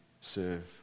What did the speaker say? serve